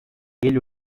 ele